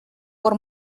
por